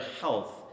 Health